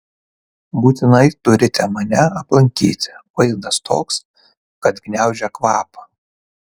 būtinai turite mane aplankyti vaizdas toks kad gniaužia kvapą